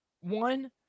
one